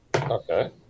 Okay